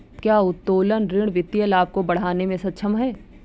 क्या उत्तोलन ऋण वित्तीय लाभ को बढ़ाने में सक्षम है?